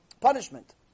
punishment